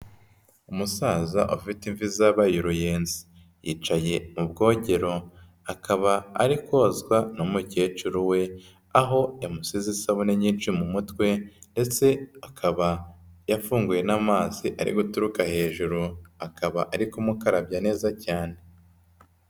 Umusaza ufite imvi zabaye uruyenzi. Yicaye mu bwogero. Akaba ari kozwa n'umukecuru we, aho yamusize isabune nyinshi mu mutwe ndetse akaba yafunguye n'amazi ari guturuka hejuru. Akaba ari kumukarabya neza cyane.